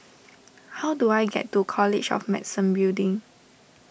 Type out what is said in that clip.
how do I get to College of Medicine Building